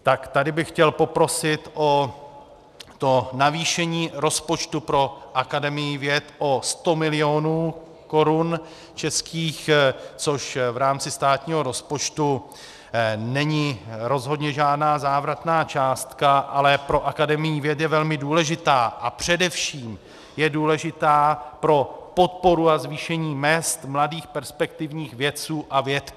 Tak tady bych chtěl poprosit o navýšení rozpočtu pro akademii věd o 100 milionů korun českých, což v rámci státního rozpočtu není rozhodně žádná závratná částka, ale pro akademii věd je velmi důležitá a především je důležitá pro podporu a zvýšení mezd mladých, perspektivních vědců a vědkyň.